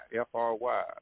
F-R-Y